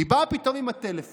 היא באה פתאום עם הטלפון